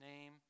name